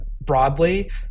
broadly